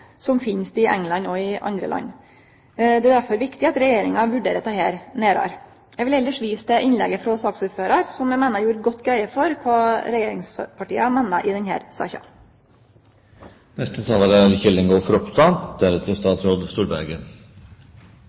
som finst i England og i andre land. Det er derfor viktig at Regjeringa vurderer dette nærare. Eg vil elles vise til innlegget frå saksordføraren, som eg meiner gjorde god greie for kva regjeringspartia meiner i denne saka. I dette gamet er det